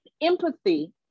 empathy